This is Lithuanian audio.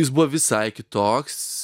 jis buvo visai kitoks